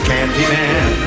Candyman